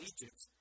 Egypt